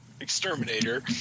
exterminator